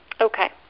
Okay